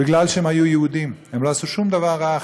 בגלל שהם היו יהודים, הם לא עשו שום דבר רע אחר.